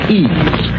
ease